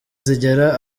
zigera